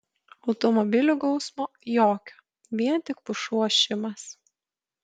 automobilių gausmo jokio vien tik pušų ošimas